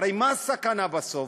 הרי, מה הסכנה בסוף?